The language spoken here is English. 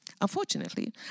unfortunately